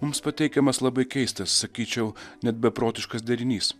mums pateikiamas labai keistas sakyčiau net beprotiškas derinys